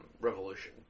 revolution